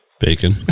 Bacon